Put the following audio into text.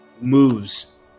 moves